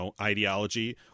ideology